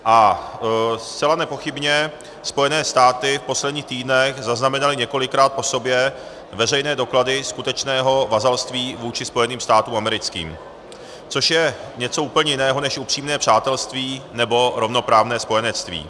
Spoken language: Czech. A zcela nepochybně Spojené státy v posledních týdnech zaznamenaly několikrát po sobě veřejné doklady skutečného vazalství vůči Spojeným státům americkým, což je něco úplně jiného než upřímné přátelství nebo rovnoprávné spojenectví.